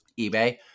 ebay